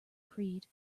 creed